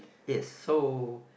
is so